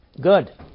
Good